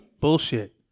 bullshit